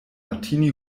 martini